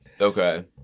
Okay